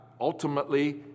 ultimately